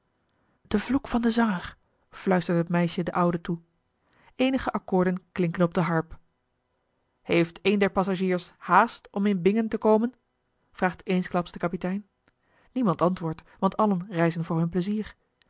de vloek van den zanger fluistert het meisje den oude toe eenige akkoorden klinken op de harp heeft een der passagiers haast om in bingen te komen vraagt eensklaps de kapitein niemand antwoordt want allen reizen voor hun pleizier